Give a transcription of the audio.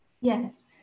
Yes